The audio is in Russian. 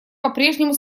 попрежнему